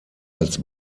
als